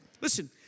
Listen